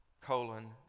colon